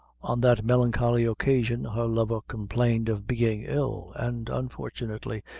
on that melancholy occasion her lover complained of being ill, and, unfortunately,